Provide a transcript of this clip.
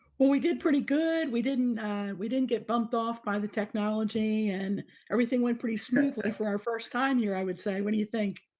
well we did pretty good. we didn't we didn't get bumped off by the technology, and everything went pretty smoothly for our first time here i would say. what do you think?